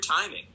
timing